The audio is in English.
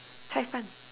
Cai fan